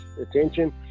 attention